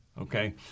Okay